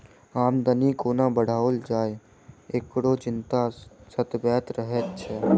आमदनी कोना बढ़ाओल जाय, एकरो चिंता सतबैत रहैत छै